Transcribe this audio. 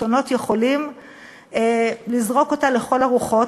השלטונות יכולים לזרוק אותה לכל הרוחות,